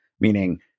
meaning